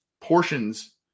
portions